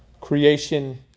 creation